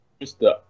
Mr